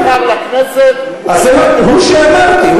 מי שנבחר לכנסת, הוא שאמרתי.